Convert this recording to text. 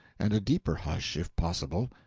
and a deeper hush, if possible,